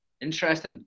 interesting